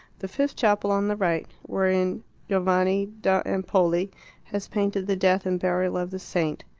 the fifth chapel on the right, wherein giovanni da empoli has painted the death and burial of the saint.